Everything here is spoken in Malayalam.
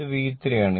ഇത് V3 ആണ്